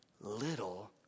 little